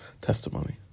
testimony